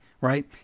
Right